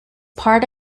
part